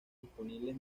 disponibles